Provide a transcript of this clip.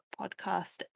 podcast